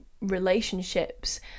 relationships